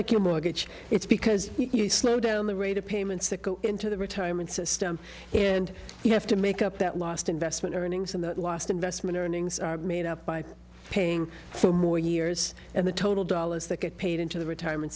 like your mortgage it's because you slow down the rate of payments that go into the retirement system and you have to make up that lost investment earnings in that last investment earnings are made up by paying for more years and the total dollars that get paid into the retirement